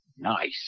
Nice